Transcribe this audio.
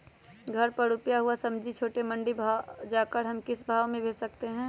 घर पर रूपा हुआ सब्जी छोटे मंडी में जाकर हम किस भाव में भेज सकते हैं?